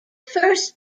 first